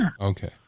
Okay